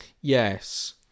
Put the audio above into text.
Yes